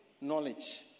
knowledge